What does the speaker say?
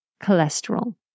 cholesterol